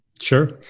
Sure